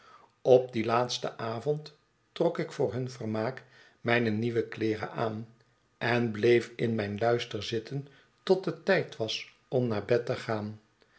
op dien laatsten avond trok ik voor hun vermaak mijne nieuwe kleeren aan en bleef in mijn luister zitten tot het tijd was om naar bed te gaan